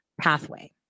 pathway